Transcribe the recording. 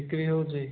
ବିକ୍ରି ହେଉଛି